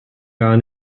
gar